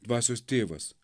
dvasios tėvas